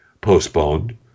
postponed